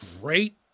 great